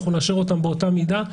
נאשר אותו באותה מידה.